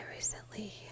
Recently